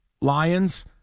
Lions